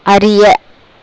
அறிய